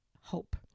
hope